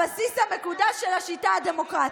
הבסיס המקודש של השיטה הדמוקרטית".